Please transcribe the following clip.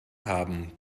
haben